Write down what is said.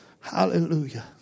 Hallelujah